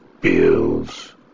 bills